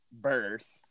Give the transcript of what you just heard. birth